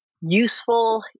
useful